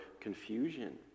confusion